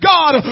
God